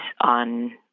on